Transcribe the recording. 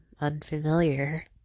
unfamiliar